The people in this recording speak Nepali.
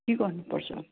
के गर्नुपर्छ